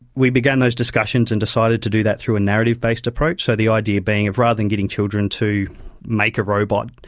we began those discussions and decided to do that through a narrative-based approach. so the idea being of rather than getting children to make a robot,